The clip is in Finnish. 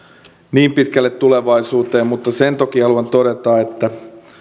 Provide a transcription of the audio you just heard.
niin pitkälle tulevaisuuteen mutta sen toki haluan todeta että ei